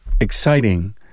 exciting